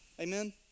Amen